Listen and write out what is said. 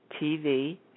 TV